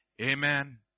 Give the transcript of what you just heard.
Amen